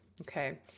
Okay